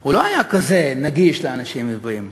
לא היה כזה נגיש לאנשים עיוורים.